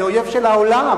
זה אויב של העולם,